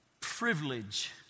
privilege